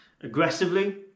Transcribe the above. aggressively